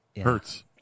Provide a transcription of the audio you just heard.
Hurts